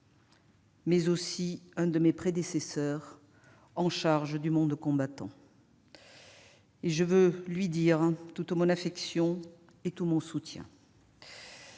mais aussi un de mes prédécesseurs en charge du monde combattant ; je veux lui dire toute mon affection et tout mon soutien.